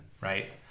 right